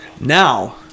Now